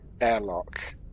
airlock